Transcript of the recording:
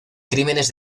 crímenes